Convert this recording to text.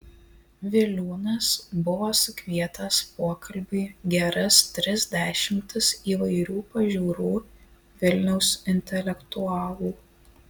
viliūnas buvo sukvietęs pokalbiui geras tris dešimtis įvairių pažiūrų vilniaus intelektualų